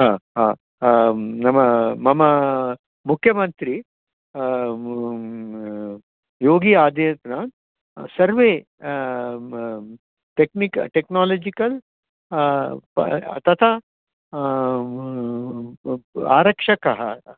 हा मम मम मुख्यमन्त्री योगी आदित्यः सर्वे टेक्निक् टेक्नालजिकल् तथा आरक्षकानां